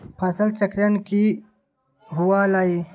फसल चक्रण की हुआ लाई?